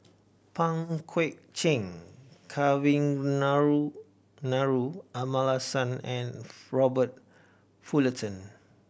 Pang Guek Cheng Kavignarenaru Amallathasan and Robert Fullerton